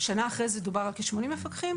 שנה לאחר מכן דובר על כ-80 מפקחים,